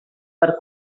per